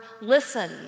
listen